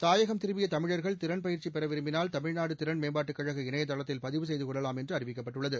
தாயகம் திரும்பிய தமிழா்கள் திறன் பயிற்சி பெற விரும்பினால் தமிழ்நாடு திறன் மேம்பாட்டுக்கழக இணையதளத்தில் பதிவு செய்து கொள்ளலாம் என்று அறிவிக்கப்பட்டுள்ளது